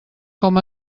com